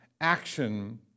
action